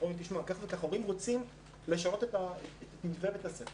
ואומרים לו: כך וכך הורים רוצים לשנות את מתווה בית הספר,